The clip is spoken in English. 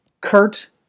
Kurt